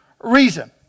reason